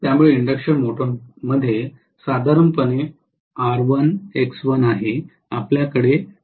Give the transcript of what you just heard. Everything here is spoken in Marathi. त्यामुळे इंडक्शन मोटरमध्ये साधारणपणे R1 X1 आहे आपल्याकडे Xm असेल